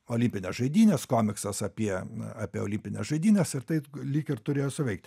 olimpinės žaidynės komiksas apie apie olimpines žaidynes ir tai lyg ir turėjo suveikt